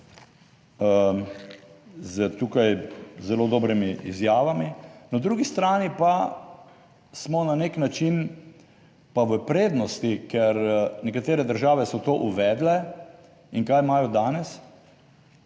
z tukaj zelo dobrimi izjavami, na drugi strani pa smo na nek način pa v prednosti, ker nekatere države so to uvedle in kaj imajo danes?